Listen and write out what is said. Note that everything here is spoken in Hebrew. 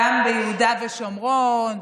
גם ביהודה ושומרון,